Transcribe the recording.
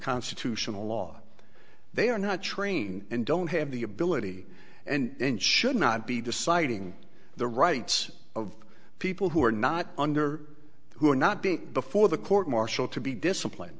constitutional law they are not trained and don't have the ability and should not be deciding the rights of people who are not under who are not being before the court martial to be disciplined